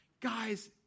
Guys